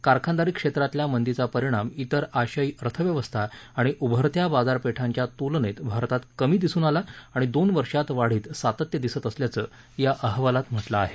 कारखानदारी क्षेत्रातल्या मंदीचा परिणाम त्रिर आशियायी अर्थव्यवस्था आणि उभरत्या बाजारपेठांच्या तुलनेत भारतात कमी दिसून आला आणि दोन वर्षात वाढीत सातत्य दिसत असल्याचं या अहवालात म्हाक्रिं आहे